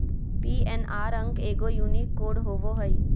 PNR अंक एगो unique code होबो हइ